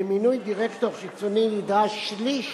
במינוי דירקטור חיצוני נדרש שליש